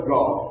God